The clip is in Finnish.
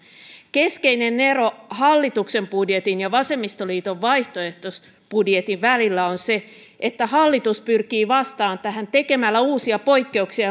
keskeinen ero hallituksen budjetin ja vasemmistoliiton vaihtoehtobudjetin välillä on se että hallitus pyrkii vastaamaan tähän tekemällä uusia poikkeuksia